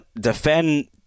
defend